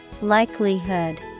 Likelihood